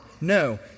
No